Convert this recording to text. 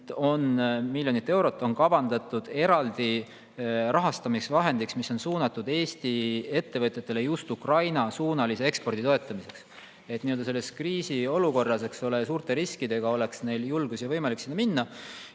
25 miljonit eurot on kavandatud eraldi rahastamisvahendiks, mis on suunatud Eesti ettevõtjatele just Ukraina-suunalise ekspordi toetamiseks, et nii-öelda selles kriisi‑ ja suurte riskidega olukorras oleks neil julgust ja võimalik sinna minna.